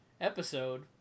episode